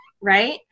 right